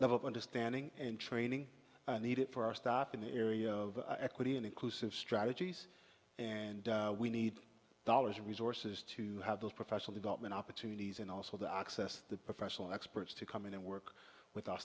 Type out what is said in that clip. level of understanding and training needed for our stock in the area of equity and inclusive strategies and we need dollars and resources to have those professional development opportunities and also the access to the professional experts to come in and work with our